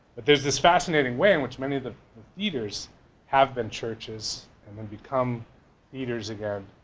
there's this fascinating way in which many of the theaters have been churches and then become theaters again.